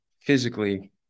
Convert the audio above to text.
physically